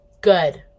good